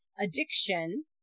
addiction